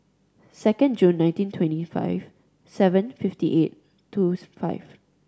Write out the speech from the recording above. second July nineteen twenty five seven fifty eight two five